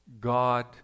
God